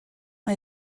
mae